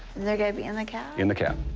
they're gonna be in the cab? in the cab.